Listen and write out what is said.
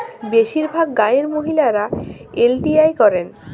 বেশিরভাগ গাঁয়ের মহিলারা এল.টি.আই করেন